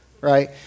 right